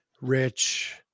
Rich